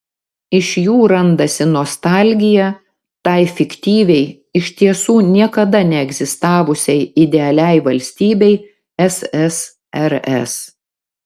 iš jų randasi nostalgija tai fiktyviai iš tiesų niekada neegzistavusiai idealiai valstybei ssrs